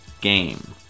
game